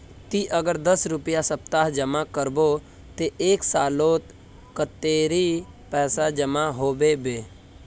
ती अगर दस रुपया सप्ताह जमा करबो ते एक सालोत कतेरी पैसा जमा होबे बे?